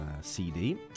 CD